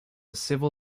civil